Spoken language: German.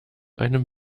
einem